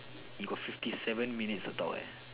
you got fifty seven minutes to talk eh